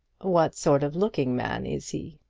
what sort of looking man is he?